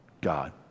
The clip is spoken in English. God